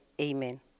amen